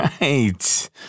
right